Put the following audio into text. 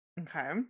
Okay